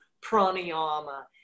pranayama